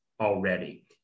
already